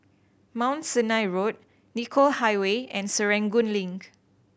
Mount Sinai Road Nicoll Highway and Serangoon Link